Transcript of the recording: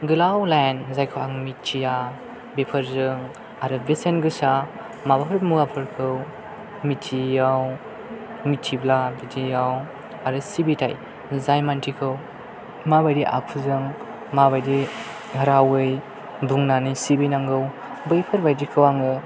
गोलाव लाइन जायखौ आं मिथिया बेफोरजों आरो बेसेन गोसा माबाफोर मुवाफोरखौ मिथियैयाव मिथियोब्ला बिदियाव आरो सिबिथाय जाय मानसिखौ माबायदि आखुजों माबायदि रावै बुंनानै सिबिनांगौ बैफोरबायदिखौ आङो